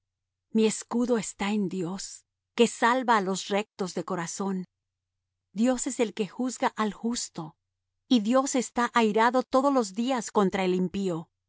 mi escudo está en dios que salva á los rectos de corazón dios es el que juzga al justo y dios está airado todos los días contra el impío